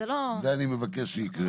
בדיוק, זה אני מבקש שיקרה.